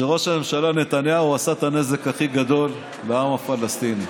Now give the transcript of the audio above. שראש הממשלה נתניהו עשה את הנזק הכי גדול לעם הפלסטיני: